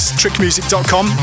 trickmusic.com